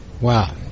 wow